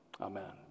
Amen